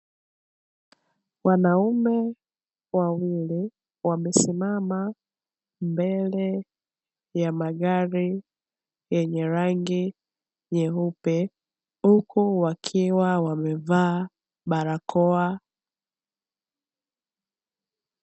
Wanaume wawili wamesimama mbele ya magari yenye rangi nyeupe, huku wakiwa wamevaa barakoa.